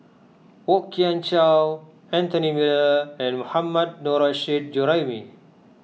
Kwok Kian Chow Anthony Miller and Mohammad Nurrasyid Juraimi